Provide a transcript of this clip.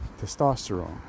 testosterone